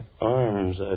arms